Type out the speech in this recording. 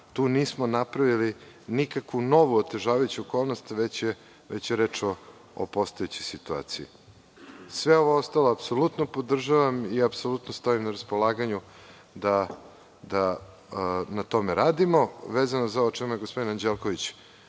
Tu nismo napravili nikakvu novu otežavajuću okolnost, već je reč o postojećoj situaciji. Sve ostalo apsolutno podržavam i apsolutno stojim na raspolaganju da na tome radimo. Vezano za ovo o čemu je gospodin Anđelković